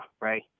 right